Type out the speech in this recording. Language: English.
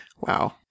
Wow